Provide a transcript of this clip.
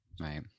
Right